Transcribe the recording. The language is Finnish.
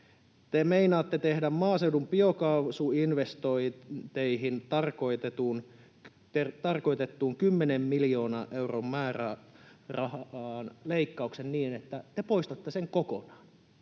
te meinaatte tehdä maaseudun biokaasuinvestointeihin tarkoitettuun 10 miljoonan euron määrärahaan leikkauksen niin, että te poistatte sen kokonaan.